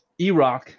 Erock